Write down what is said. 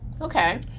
Okay